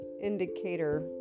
indicator